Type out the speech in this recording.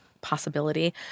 possibility